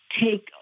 take